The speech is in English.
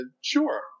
sure